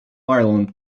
ireland